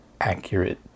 accurate